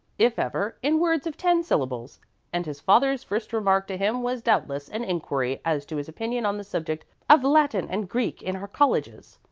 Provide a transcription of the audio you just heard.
if ever, in words of ten syllables and his father's first remark to him was doubtless an inquiry as to his opinion on the subject of latin and greek in our colleges.